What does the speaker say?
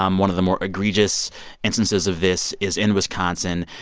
um one of the more egregious instances of this is in wisconsin.